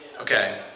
Okay